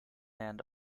hand